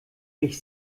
ich